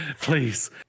please